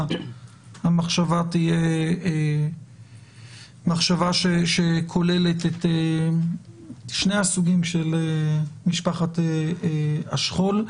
המחשבה תהיה מחשבה שכוללת את שני הסוגים של משפחת השכול.